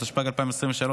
התשפ"ג 2023,